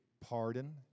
pardon